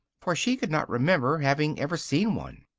for she could not remember having ever seen one.